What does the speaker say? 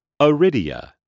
Aridia